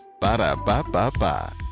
Ba-da-ba-ba-ba